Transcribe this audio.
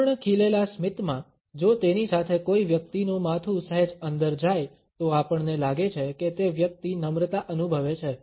સંપૂર્ણ ખીલેલા સ્મિતમાં જો તેની સાથે કોઈ વ્યક્તિનું માથું સહેજ અંદર જાય તો આપણને લાગે છે કે તે વ્યક્તિ નમ્રતા અનુભવે છે